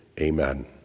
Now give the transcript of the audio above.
amen